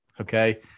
Okay